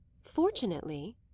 Fortunately